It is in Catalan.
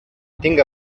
tinga